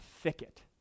thicket